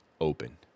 open